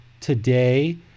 today